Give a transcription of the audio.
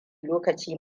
lokaci